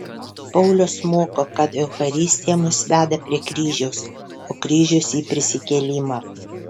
paulius moko kad eucharistija mus veda prie kryžiaus o kryžius į prisikėlimą